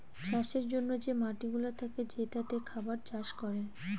চাষের জন্যে যে মাটিগুলা থাকে যেটাতে খাবার চাষ করে